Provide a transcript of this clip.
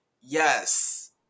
yes